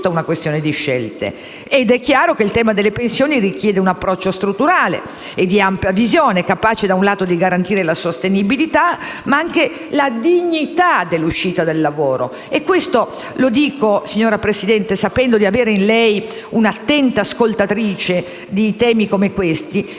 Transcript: una questione di scelte. È chiaro che il tema delle pensioni richiede un approccio strutturale e di ampia visione, capace da un lato di garantire la sostenibilità, ma, dall'altro, anche la dignità dell'uscita dal lavoro. Dico questo, signora Presidente, sapendo di avere in lei un'attenta ascoltatrice su temi come questi,